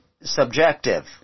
subjective